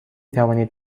توانید